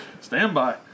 Standby